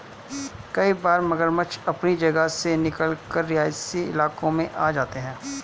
कई बार मगरमच्छ अपनी जगह से निकलकर रिहायशी इलाकों में आ जाते हैं